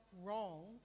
wrong